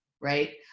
right